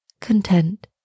content